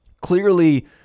Clearly